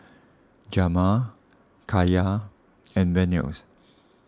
Jamar Kaiya and Venus